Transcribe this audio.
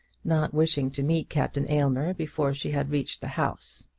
not wishing to meet captain aylmer before she had reached the house.